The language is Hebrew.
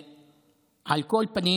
על כל פנים,